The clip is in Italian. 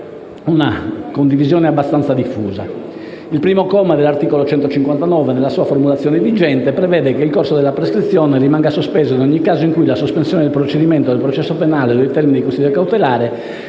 Il primo comma dell'articolo 159, nella sua formulazione vigente, prevede che il corso della prescrizione rimane sospeso in ogni caso in cui la sospensione del procedimento o del processo penale o dei termini di custodia cautelare